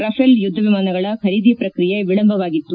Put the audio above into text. Rafale ಯುದ್ಧ ವಿಮಾನಗಳ ಖರೀದಿ ಪ್ರಕ್ರಿಯೆ ವಿಳಂಬವಾಗಿತ್ತು